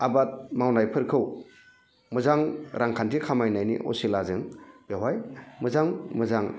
आबाद मावनायफोरखौ मोजां रांखान्थि खामायनायनि असिलाजों बेवहाय मोजां मोजां